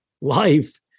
life